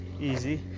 easy